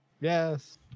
Yes